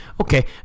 Okay